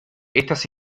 estas